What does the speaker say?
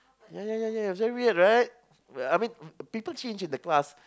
yeah yeah yeah yeah it's very weird right people change in the class